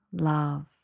love